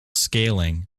scaling